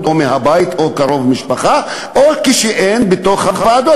או מהבית או קרוב משפחה או כשאין בתוך הוועדות,